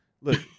Look